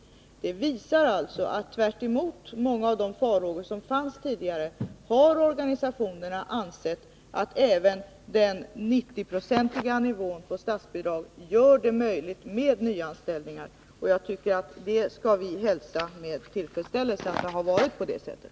Det visar alltså att tvärtemot vad många tidigare befarat, har organisationerna ansett att även den 90-procentiga nivån på statsbidrag möjliggör nyanställningar. Jag tycker att vi skall hälsa med tillfredsställelse att det har blivit på det sättet.